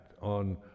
on